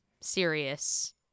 serious